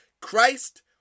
Christ